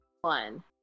one